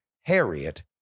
harriet